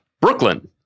Brooklyn